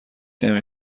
نمی